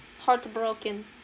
heartbroken